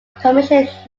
commissioned